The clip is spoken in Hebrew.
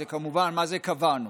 מה זה קבענו,